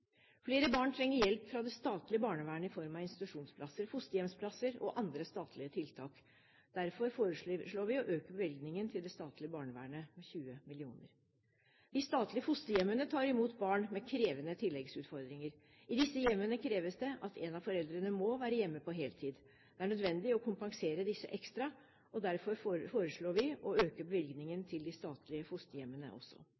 Flere barn trenger hjelp fra det statlige barnevernet i form av institusjonsplasser, fosterhjemsplasser og andre statlige tiltak. Derfor foreslår vi å øke bevilgningen til det statlige barnevernet med 20 mill. kr. De statlige fosterhjemmene tar imot barn med krevende tilleggsutfordringer. I disse hjemmene kreves det at en av foreldrene må være hjemme på heltid. Det er nødvendig å kompensere disse ekstra. Derfor foreslår vi å øke bevilgningen til de statlige fosterhjemmene også.